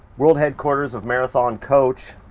world headquarters of marathon coach